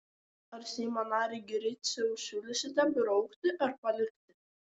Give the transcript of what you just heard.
ar seimo nary griciau siūlysite braukti ar palikti